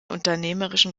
unternehmerischen